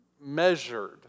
measured